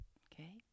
okay